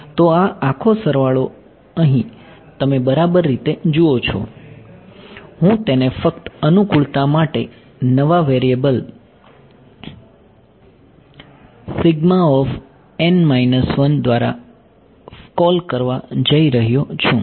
તો આ આખો સરવાળો અહીં તમે બરાબર જુઓ છો હું તેને ફક્ત અનુકૂળતા માટે નવા વેરીએબલ દ્વારા કૉલ કરવા જઈ રહ્યો છું